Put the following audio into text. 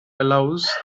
allows